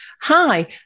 hi